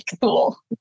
cool